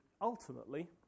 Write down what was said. ultimately